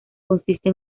consiste